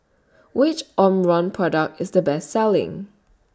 Which Omron Product IS The Best Selling